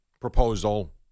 proposal